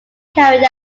carried